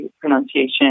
pronunciation